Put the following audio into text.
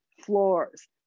floors